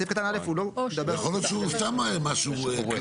סעיף קטן (א) הוא לא מדבר על --- יכול להיות שהוא סתם משהו כללי,